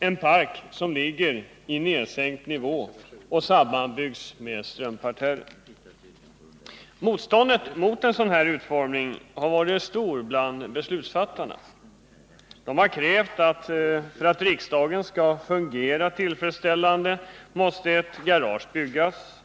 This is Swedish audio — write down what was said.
en park i nedsänkt nivå och sammanbyggd med Strömparterren. Motståndet mot en sådan lösning har varit stort bland beslutsfattarna. För att riksdagen skall fungera tillfredsställande måste garage byggas.